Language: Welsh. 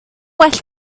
well